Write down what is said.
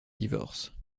divorce